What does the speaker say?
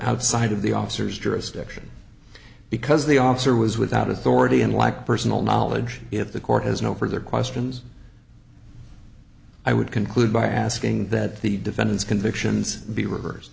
outside of the officers jurisdiction because the officer was without authority and lack personal knowledge if the court has no further questions i would conclude by asking that the defendant's convictions be revers